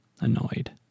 annoyed